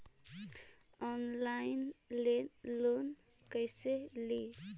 Online loan कैसे ली?